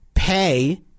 pay